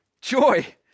joy